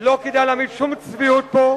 לא כדאי להעמיד שום צביעות פה.